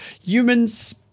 Humans